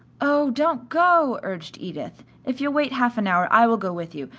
oh, don't go, urged edith if you'll wait half an hour i will go with you,